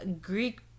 Greek